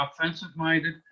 offensive-minded